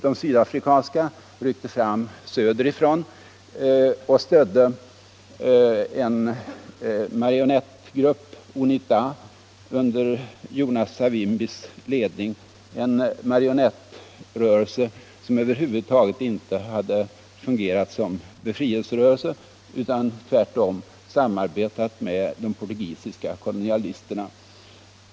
De sydafrikanska trupperna ryckte fram söderifrån och stödde en marionettgrupp, UNITA, under Jonas Savimbis ledning — en marionettgrupp som över huvud taget inte hade fungerat som befrielserörelse utan tvärtom samarbetat med de portugisiska kolonialisterna.